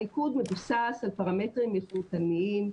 הניקוד מבוסס על פרמטרים איכותניים.